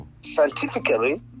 Scientifically